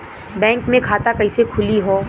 Bank मे खाता कईसे खुली हो?